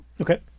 Okay